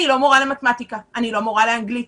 אני לא מורה למתמטיקה ואני לא מורה לאנגלית.